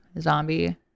zombie